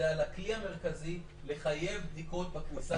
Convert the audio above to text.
זה על הכלי המרכזי לחייב בדיקות בכניסה